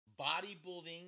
Bodybuilding